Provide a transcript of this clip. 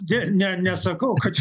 ne ne nesakau kad